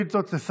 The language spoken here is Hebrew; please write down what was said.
בבקשה.